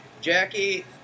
Jackie